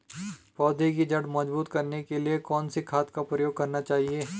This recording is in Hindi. पौधें की जड़ मजबूत करने के लिए कौन सी खाद का प्रयोग करना चाहिए?